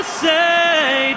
say